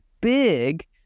big